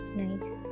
nice